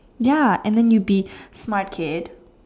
ya and then you'll be smart kid